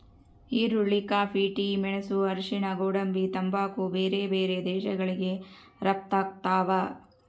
ಈರುಳ್ಳಿ coffee tea ಮೆಣಸು ಅರಿಶಿಣ ಗೋಡಂಬಿ ತಂಬಾಕು ಬೇರೆ ಬೇರೆ ದೇಶಗಳಿಗೆ ರಪ್ತಾಗ್ತಾವ